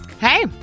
Hey